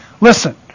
listen